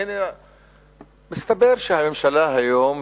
מסתבר שהממשלה היום,